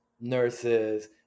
nurses